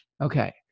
Okay